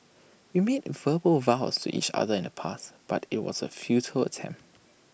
we made verbal vows to each other in the past but IT was A futile attempt